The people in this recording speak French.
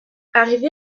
arrivé